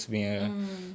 mm